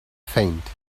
faint